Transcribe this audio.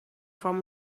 from